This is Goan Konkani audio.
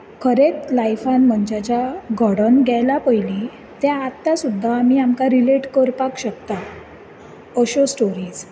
खरेंच लायफांत मनशाच्या घडोन गेलां पयलीं तें आतां सुद्दा आमी आमकां रिलेट करपाक शकता अश्यो स्टोरीज